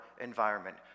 environment